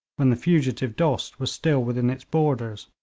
when the fugitive dost was still within its borders,